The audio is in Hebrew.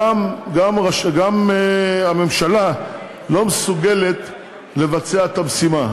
גם הממשלה, לא מסוגלות לבצע את המשימה.